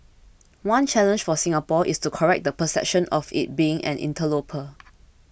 one challenge for Singapore is to correct the perception of it being an interloper